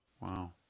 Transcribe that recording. Wow